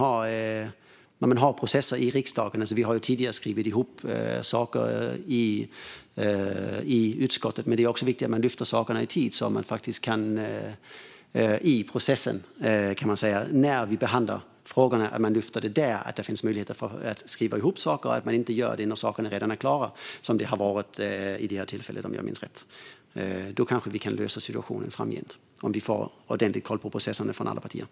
När man har processer i riksdagen är det dock viktigt att man lyfter saker i tid, när vi behandlar frågorna, så att det finns möjlighet att skriva ihop saker. Det kan inte göras när saker redan är klara, som skedde vid det här tillfället om jag minns rätt. Då kanske vi kan lösa situationer framgent - om vi från alla partier får ordentlig koll på processerna.